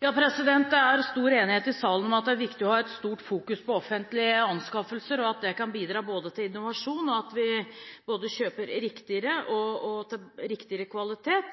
Det er stor enighet i salen om at det er viktig å ha et stort fokus på offentlige anskaffelser, og at det kan bidra både til innovasjon og til at vi kjøper riktigere og riktigere kvalitet.